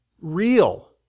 real